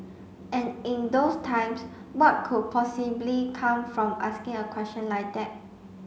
and in those times what could possibly come from asking a question like that